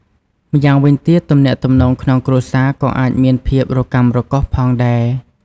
ម្យ៉ាងវិញទៀត ទំនាក់ទំនងក្នុងគ្រួសារក៏អាចមានភាពរកាំរកូសផងដែរ។